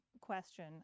question